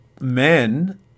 men